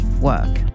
work